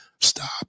Stop